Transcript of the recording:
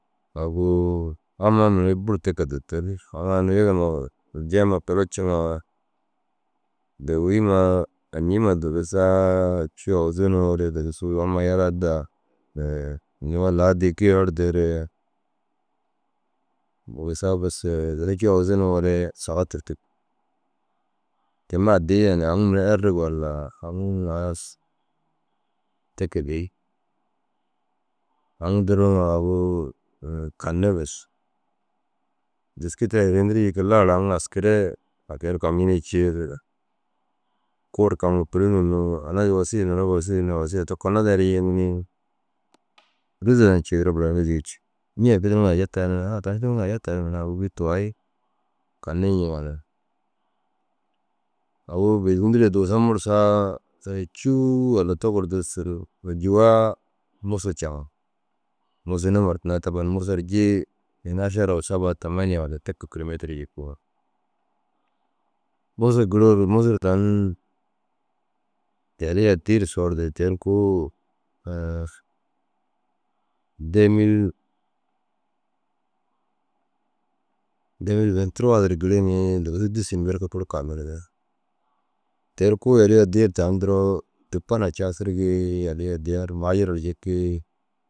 Agu amma i buru te kee ru dutun aŋ ai unnu yege numa deema kulo ciŋa dowiima añiima digisaa « cûu aguzuu » nuŋoore dugusu amma yara daa nuŋu laa dii gii ergeere. Dugusa buseere dugusa cûu aguzuu nuŋoore saga tûrtug. Keema addii yanii aŋ mere errig walla aŋ halas te kege bêyi. Aŋ duruŋoo agu kanne bes. Dîski te êdintirii yikii lahar aŋ askire ai ke ru kancinii ciiru kuu ru kanum kûlunum alaji wosii, toore wosii, inda wosii, oto kuno nterii nciiya? Nirii « rûza nura ceda bura nirii jii » yi. « Ña fidini ŋa aja tayee » yinii. Ha- a tani finini ŋa aya tar neere agu bî tuwayine kanii nciŋa nir. Agu dîndirde dugusa mursaa cûu walla te duusu ni ôljuwaa mûsuu caŋir. Mûsuu nimar tinda taban mûsuu ru ji ini ašara wo sabaa tamaaniye walla te kee kîlometir du yikii. Mûsuu giruu mûsuu ru tan yalii addii ru soorde te ru kuu dêemil dêemil venturu a duro giri nii dugusu dîsu ni berke ku kanirde. Te ru kuu yalii addi ru tani duru duppo na caasirigii yaliya addiyaar maajira ru jikii.